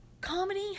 Comedy